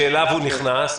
שאליו הוא נכנס.